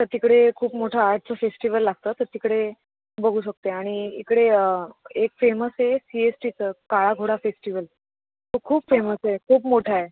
तर तिकडे खूप मोठा आर्टचं फेस्टीवल लागतं तर तिकडे बघू शकते आणि इकडे एक फेमस आहे सी एस टीचं काळा घोडा फेस्टीवल तो खूप फेमस आहे खूप मोठा आहे